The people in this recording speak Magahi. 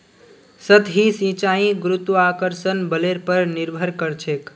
सतही सिंचाई गुरुत्वाकर्षण बलेर पर निर्भर करछेक